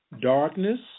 darkness